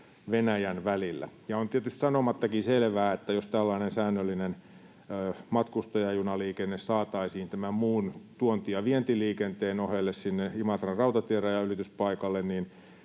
Venäjän välillä. On tietysti sanomattakin selvää, että jos tällainen säännöllinen matkustajajunaliikenne saataisiin tämän muun tuonti‑ ja vientiliikenteen ohelle sinne Imatran rautatierajanylityspaikalle, siitä